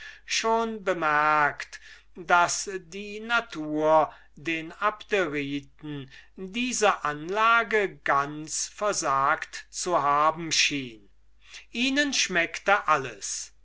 schon bemerkt daß die natur den abderiten diese anlage ganz versagt zu haben schien ihnen schmeckte alles